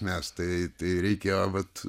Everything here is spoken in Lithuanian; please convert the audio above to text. mes tai tai reikia vat